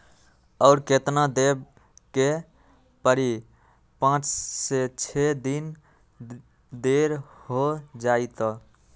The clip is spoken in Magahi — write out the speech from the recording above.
और केतना देब के परी पाँच से छे दिन देर हो जाई त?